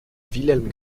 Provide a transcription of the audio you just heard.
wilhelm